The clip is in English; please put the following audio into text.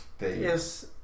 Yes